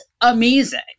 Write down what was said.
amazing